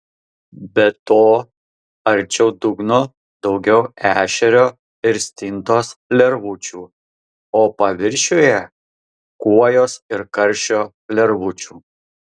be to arčiau dugno daugiau ešerio ir stintos lervučių o paviršiuje kuojos ir karšio lervučių